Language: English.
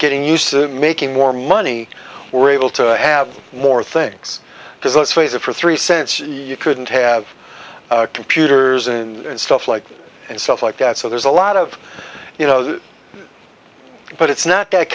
getting used to making more money we're able to have more things because let's face it for three cents you couldn't have computers and stuff like that and stuff like that so there's a lot of you know but it's not that